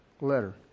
letter